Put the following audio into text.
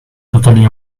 totally